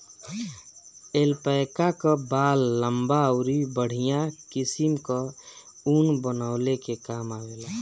alpaca कअ बाल लंबा अउरी बढ़िया किसिम कअ ऊन बनवले के काम आवेला